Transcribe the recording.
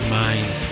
mind